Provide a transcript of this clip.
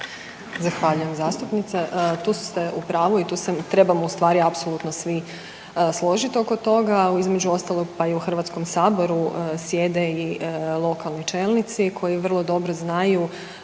Zahvaljujem zastupniče. Tu ste u pravu i tu se trebamo u stvari apsolutno svi složiti oko toga. Između ostalog pa i u Hrvatskom saboru sjede i lokalni čelnici koji vrlo dobro znaju